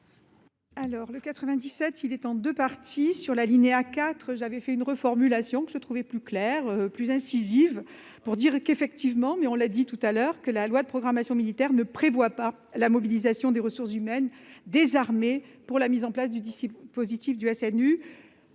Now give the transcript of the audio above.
Alors le 97, il est en 2 parties sur l'alinéa 4, j'avais fait une reformulation que je trouvais plus clair, plus incisive pour dire qu'effectivement, mais on l'a dit tout à l'heure que la loi de programmation militaire ne prévoit pas la mobilisation des ressources humaines désarmées pour la mise en place du disciple positif du SNU.